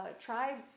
Try